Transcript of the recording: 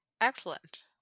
excellent